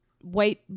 white